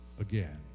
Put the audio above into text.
again